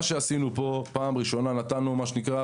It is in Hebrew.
מה שעשינו פה הוא שפעם ראשונה נתנו מה שנקרא,